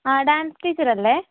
ആ ഡാൻസ് ടീച്ചറല്ലേ